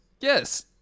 Yes